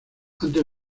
ante